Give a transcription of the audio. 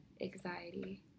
anxiety